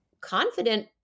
confident